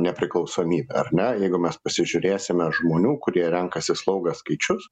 nepriklausomybę ar ne jeigu mes pasižiūrėsime žmonių kurie renkasi slaugą skaičius